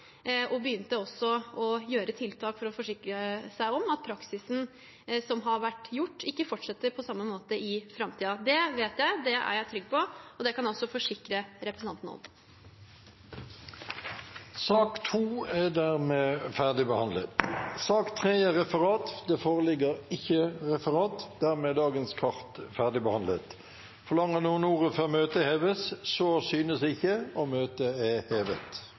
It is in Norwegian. og å gjøre tiltak for å forsikre seg om at praksisen som har vært, ikke fortsetter på samme måte i framtiden. Det vet jeg, det er jeg trygg på, og det kan jeg også forsikre representanten om. Sak nr. 2 er dermed ferdigbehandlet. Det foreligger ikke Referat. Dermed er dagens kart ferdigbehandlet. Forlanger noen ordet før møtet heves? – Så synes ikke, og møtet er hevet.